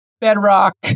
Bedrock